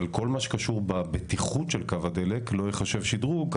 אבל כל מה שקשור בבטיחות של קו הדלק לא ייחשב שדרוג.